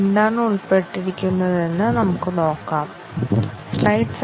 അതിനാൽ ഇത് ശരിയാകും രണ്ടാമത്തേത് a 5 നേക്കാൾ വലുതാണ്